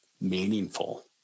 meaningful